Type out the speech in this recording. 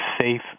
safe